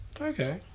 Okay